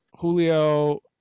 Julio